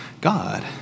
God